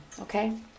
Okay